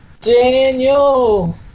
Daniel